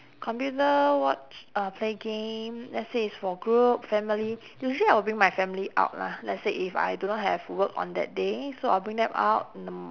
computer watch uh play game let's say it's for group family usually I will bring my family out lah let's say if I do not have work on that day so I will bring them out in the mor~